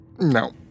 No